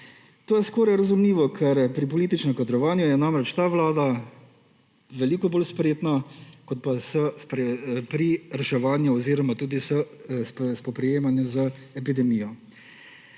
To je skoraj razumljivo, ker pri političnem kadrovanju je namreč ta vlada veliko bolj spretna kot pa je pri reševanju oziroma tudi s spoprijemanjem z epidemijo.